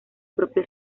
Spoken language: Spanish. propio